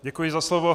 Děkuji za slovo.